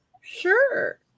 Sure